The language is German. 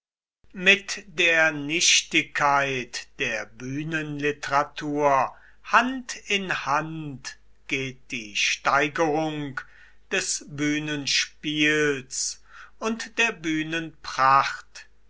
mit der nichtigkeit der bühnenliteratur hand in hand geht die steigerung des bühnenspiels und der